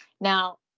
Now